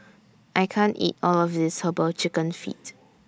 I can't eat All of This Herbal Chicken Feet